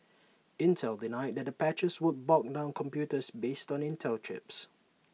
Intel denied that the patches would bog down computers based on Intel chips